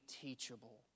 teachable